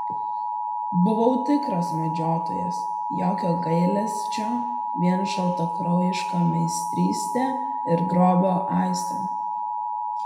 buvau tikras medžiotojas jokio gailesčio vien šaltakraujiška meistrystė ir grobio aistra